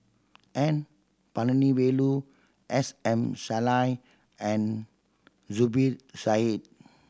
N Palanivelu S M Sali and Zubir Said